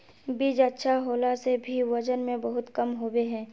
बीज अच्छा होला से भी वजन में बहुत कम होबे है?